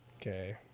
Okay